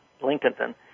Lincolnton